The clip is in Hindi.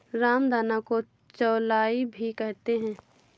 रामदाना को चौलाई भी कहते हैं